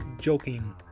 joking